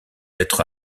être